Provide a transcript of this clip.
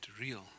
real